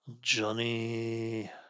Johnny